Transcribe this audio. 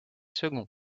second